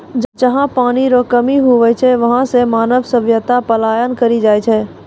जहा पनी रो कमी हुवै छै वहां से मानव सभ्यता पलायन करी जाय छै